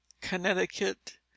Connecticut